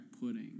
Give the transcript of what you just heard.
pudding